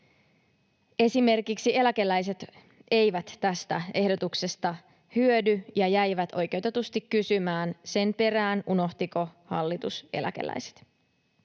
Esimerkiksi eläkeläiset eivät tästä ehdotuksesta hyödy ja jäivät oikeutetusti kysymään sen perään, unohtiko hallitus eläkeläiset.